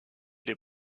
des